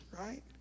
right